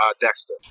Dexter